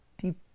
deep